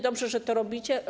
Dobrze, że to robicie.